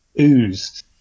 oozed